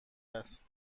است